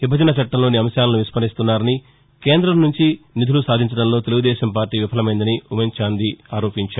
విభజన చట్టంలోని అంశాలను విస్టరిస్తున్నారని కేందం నుంచి నిధులు సాధించడంలో తెలుగుదేశం పార్టీ విఫలమైందని ఊమెన్చాంది అన్నారు